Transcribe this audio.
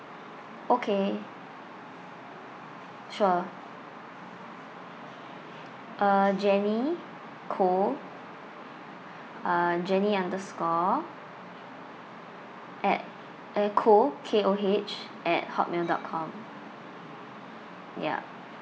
okay sure uh jenny koh uh jenny underscore at eh koh K O H at hotmail dot com yup